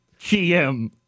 GM